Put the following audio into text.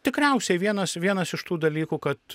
tikriausiai vienas vienas iš tų dalykų kad